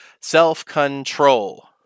self-control